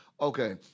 Okay